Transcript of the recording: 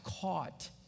caught